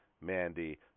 Mandy